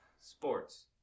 Sports